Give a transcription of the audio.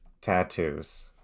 tattoos